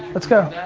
let's go.